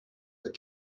that